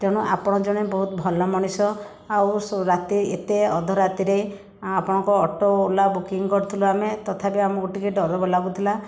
ତେଣୁ ଆପଣ ଜଣେ ବହୁତ ଭଲ ମଣିଷ ଆଉ ରାତି ଏତେ ଅଧ ରାତିରେ ଆପଣଙ୍କ ଅଟୋ ଓଲା ବୁକିଂ କରିଥିଲୁ ଆମେ ତଥାପି ଆମକୁ ଟିକେ ଡର ଲାଗୁଥିଲା